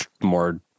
more